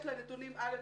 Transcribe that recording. יש לה נתונים א',